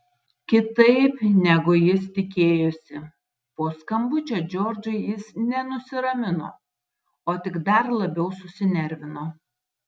kitaip negu jis tikėjosi po skambučio džordžui jis ne nusiramino o tik dar labiau susinervino